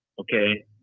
okay